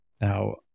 Now